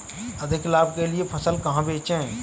अधिक लाभ के लिए फसल कहाँ बेचें?